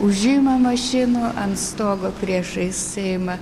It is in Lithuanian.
užimą mašinų ant stogo priešais seimą